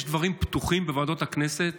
יש דברים פתוחים בוועדות הכנסת